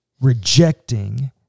rejecting